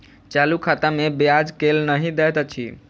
चालू खाता मे ब्याज केल नहि दैत अछि